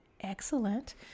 Excellent